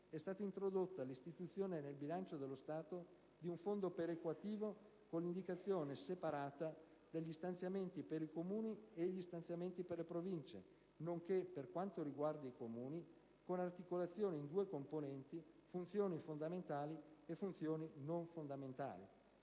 è stata introdotta l'istituzione nel bilancio dello Stato di un fondo perequativo, con indicazione separata degli stanziamenti per i Comuni e degli stanziamenti per le Province, nonché, per quanto riguarda i Comuni, con articolazione in due componenti (funzioni fondamentali e funzioni non fondamentali).